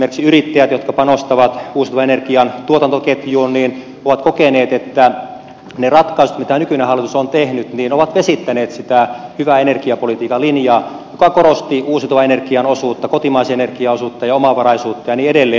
esimerkiksi yrittäjät jotka panostavat uusiutuvan energian tuotantoketjuun ovat kokeneet että ne ratkaisut mitä nykyinen hallitus on tehnyt ovat vesittäneet sitä hyvää energiapolitiikan linjaa joka korosti uusiutuvan energian osuutta kotimaisen energian osuutta ja omavaraisuutta ja niin edelleen